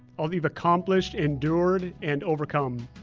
all that you've accomplished, endured, and overcome.